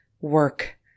work